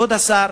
כבוד השר,